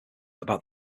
about